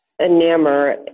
enamor